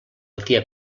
tia